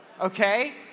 Okay